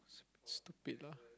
stupid lah